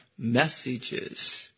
messages